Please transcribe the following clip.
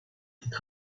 titre